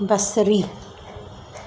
बसरी